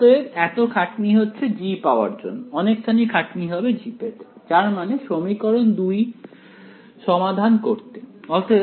অতএব এতো খাটনি হচ্ছে g পাওয়ার জন্য অনেকখানি খাটনি হবে g পেতে যার মানে সমীকরণ 2 সমাধান করতে